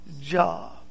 job